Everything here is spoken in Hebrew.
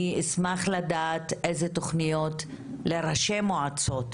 אשמח לדעת איזה תוכניות לראשי מועצות,